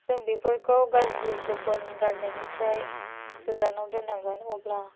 जों बेफोरखौ गाज्रि गोफोन गारनायनिफ्राय गोजानाव दोननांगोन अब्ला